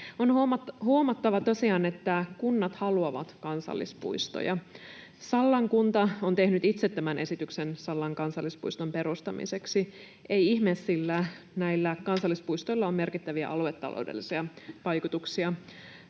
On huomattava tosiaan, että kunnat haluavat kansallispuistoja. Sallan kunta on tehnyt itse tämän esityksen Sallan kansallispuiston perustamiseksi. Ei ihme, sillä näillä kansallispuistoilla on merkittäviä aluetaloudellisia vaikutuksia.